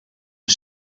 een